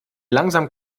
langsamen